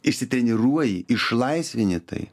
išsitreniruoji išlaisvini tai